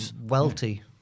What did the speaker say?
wealthy